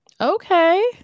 Okay